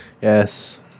yes